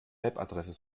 webadresse